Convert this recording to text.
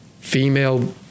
female